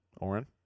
Oren